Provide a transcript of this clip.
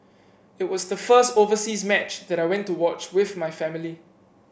it was the first overseas match that I went to watch with my family